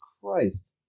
Christ